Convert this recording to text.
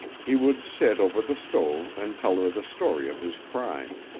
he would sit over the stove and tell her the story of his crime.